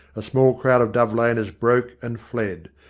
a small crowd of dove-laners broke and fled.